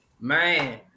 Man